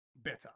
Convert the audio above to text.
better